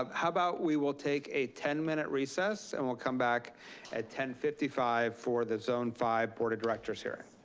um how about we will take a ten minute recess, and we'll come back at ten fifty five for the zone five board of directors hearing.